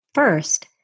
First